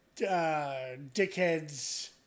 dickheads